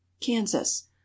Kansas